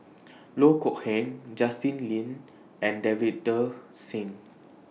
Loh Kok Heng Justin Lean and Davinder Singh